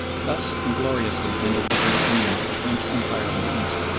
thus ingloriously ended the great dream of a french empire in the east.